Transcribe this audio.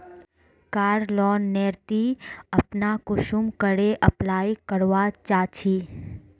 कार loan नेर ती अपना कुंसम करे अप्लाई करवा चाँ चची?